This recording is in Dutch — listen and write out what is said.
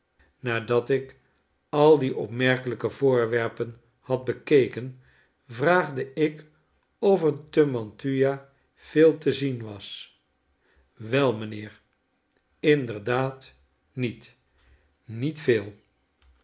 nadat ik al die opmerkelijke voorwerpen had bekeken vraagde ik of er te m a n t u a veel te zien was wel mijnheer i inderdaad niet niet veel